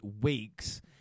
weeks